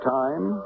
time